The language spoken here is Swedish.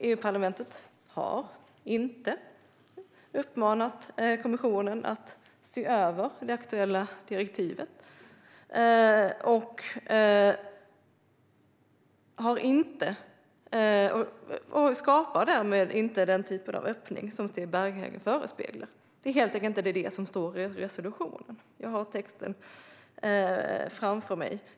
EU-parlamentet har inte uppmanat kommissionen att se över det aktuella direktivet och skapar därmed inte den typ av öppning som Sten Bergheden förespeglar. Det är helt enkelt inte detta som står i resolutionen; jag har texten framför mig.